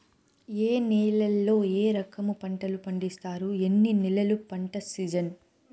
ఏ నేలల్లో ఏ రకము పంటలు పండిస్తారు, ఎన్ని నెలలు పంట సిజన్?